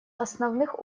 основных